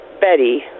Betty